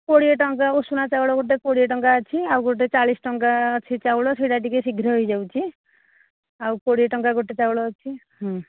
କୋଡ଼ିଏ ଟଙ୍କା ଉଷୁନା ଚାଉଳ ଗୋଟେ କୋଡ଼ିଏ ଟଙ୍କା ଅଛି ଆଉ ଗୋଟେ ଚାଳିଶ ଟଙ୍କା ଅଛି ଚାଉଳ ସେଇଟା ଟିକିଏ ଶୀଘ୍ର ହୋଇଯାଉଛି ଆଉ କୋଡ଼ିଏ ଟଙ୍କା ଗୋଟିଏ ଚାଉଳ ଅଛି